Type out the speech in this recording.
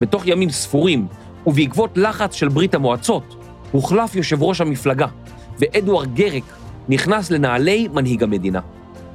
בתוך ימים ספורים, ובעקבות לחץ של ברית המועצות, הוחלף יושב ראש המפלגה, ואדוארד גרק נכנס לנעלי מנהיג המדינה.